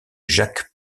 jacques